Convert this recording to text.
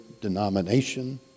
denomination